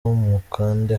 mukande